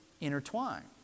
intertwined